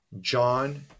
John